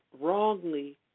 wrongly